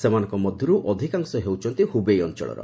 ସେମାନଙ୍କ ମଧ୍ୟରୁ ଅଧିକାଂଶ ହେଉଛନ୍ତି ହୁବେଇ ଅଞ୍ଚଳର